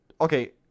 okay